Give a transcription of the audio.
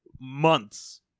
months